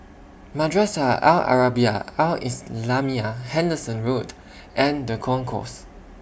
Madrasah Al Arabiah Al Islamiah Henderson Road and The Concourse